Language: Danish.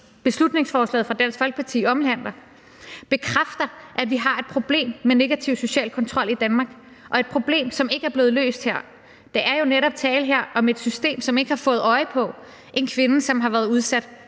beslutningsforslaget fra Dansk Folkeparti omhandler, bekræfter, at vi har et problem med negativ social kontrol i Danmark – et problem, som ikke er blevet løst her. Der er jo netop tale om et system, som ikke har fået øje på en kvinde, som har været udsat